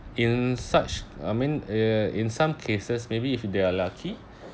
in such I mean uh in some cases maybe if they are lucky